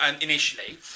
initially